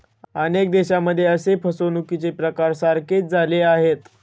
अनेक देशांमध्ये असे फसवणुकीचे प्रकार सारखेच झाले आहेत